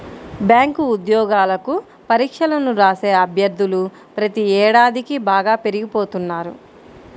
bank ఉద్యోగాలకు పరీక్షలను రాసే అభ్యర్థులు ప్రతి ఏడాదికీ బాగా పెరిగిపోతున్నారు